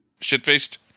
shit-faced